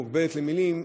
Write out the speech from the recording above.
מוגבלת במילים,